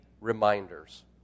reminders